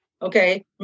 Okay